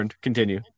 continue